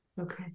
Okay